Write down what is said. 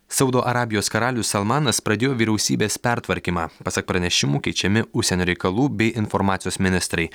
saudo arabijos karalius salmanas pradėjo vyriausybės pertvarkymą pasak pranešimų keičiami užsienio reikalų bei informacijos ministrai